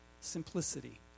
Simplicity